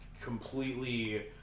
completely